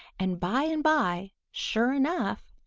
and by and by, sure enough,